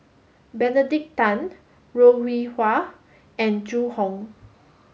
Benedict Tan Ho Rih Hwa and Zhu Hong